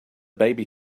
baby